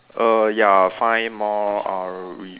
err ya find more uh re~